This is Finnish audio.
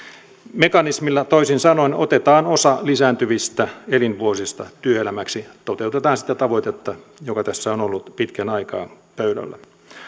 mekanismilla toisin sanoen otetaan osa lisääntyvistä elinvuosista työelämäksi toteutetaan sitä tavoitetta joka tässä on ollut pitkän aikaa pöydällä